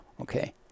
Okay